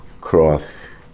cross